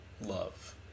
love